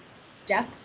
step